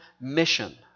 mission